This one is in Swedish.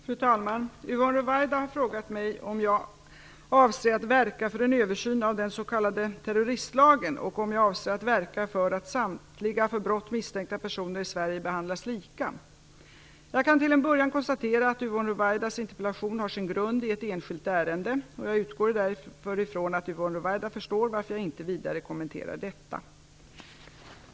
Fru talman! Yvonne Ruwaida har frågat mig om jag avser att verka för en översyn av den s.k. terroristlagen och om jag avser att verka för att samtliga för brott misstänkta personer i Sverige behandlas lika. Jag kan till en början konstatera att Yvonne Ruwaidas interpellation har sin grund i ett enskilt ärende, och jag utgår därför från att Yvonne Ruwaida förstår varför jag inte vidare kommenterar det.